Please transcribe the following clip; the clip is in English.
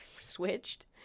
switched